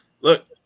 Look